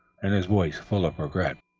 and his voice full of regret.